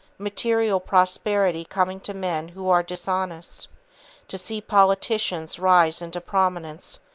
material prosperity coming to men who are dishonest to see politicians rise into prominence,